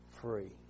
free